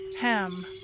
Ham